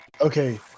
Okay